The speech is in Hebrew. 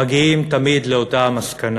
מגיעים תמיד לאותה המסקנה: